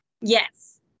Yes